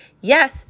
yes